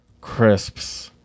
crisps